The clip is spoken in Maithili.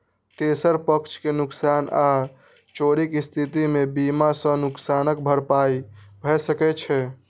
तेसर पक्ष के नुकसान आ चोरीक स्थिति मे बीमा सं नुकसानक भरपाई भए सकै छै